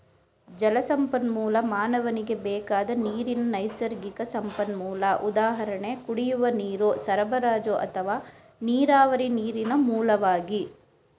ಜಲಸಂಪನ್ಮೂಲ ಮಾನವನಿಗೆ ಬೇಕಾದ ನೀರಿನ ನೈಸರ್ಗಿಕ ಸಂಪನ್ಮೂಲ ಉದಾಹರಣೆ ಕುಡಿಯುವ ನೀರು ಸರಬರಾಜು ಅಥವಾ ನೀರಾವರಿ ನೀರಿನ ಮೂಲವಾಗಿ